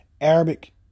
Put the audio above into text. Arabic